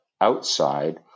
outside